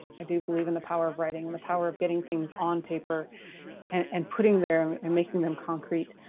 i do believe in the power of writing and the power of getting things on paper and and putting them and making them concrete.